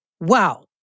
wow